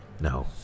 No